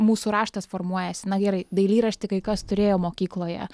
mūsų raštas formuojasi na gerai dailyraštį kai kas turėjo mokykloje